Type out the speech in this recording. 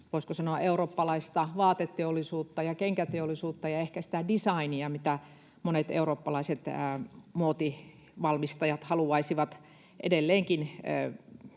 voisiko sanoa, eurooppalaista vaateteollisuutta ja kenkäteollisuutta ja ehkä sitä designia, mitä monet eurooppalaiset muotivalmistajat haluaisivat edelleenkin